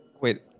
Wait